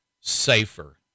safer